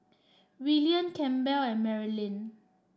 Willian Campbell and Marilynn